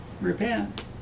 repent